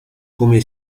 come